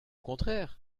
contraire